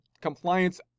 compliance